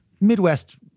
Midwest